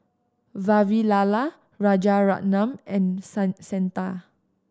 Vavilala Rajaratnam and Santha